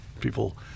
People